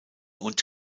und